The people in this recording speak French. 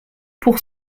pour